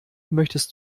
möchtest